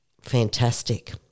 Fantastic